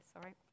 sorry